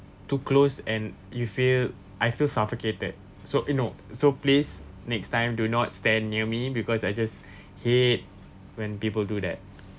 too close and you feel I feel suffocated so you know so please next time do not stand near me because I just hate when people do that